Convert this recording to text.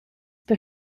per